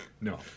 No